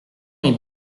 est